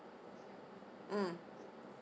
mm